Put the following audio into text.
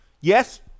yes